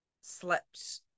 slept